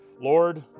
Lord